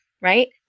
right